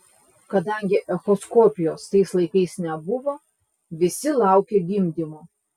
kadangi echoskopijos tais laikais nebuvo visi laukė gimdymo